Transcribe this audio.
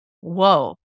whoa